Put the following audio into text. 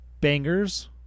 Banger's